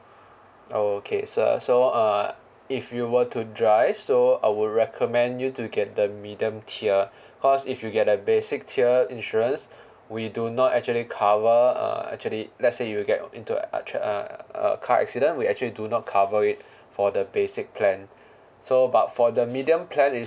okay sir so uh if you were to drive so I will recommend you to get the medium tier cause if you get a basic tier insurance we do not actually cover uh actually let's say you get into a tra~ a a car accident we actually do not cover it for the basic plan so but for the medium plan it~